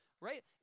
right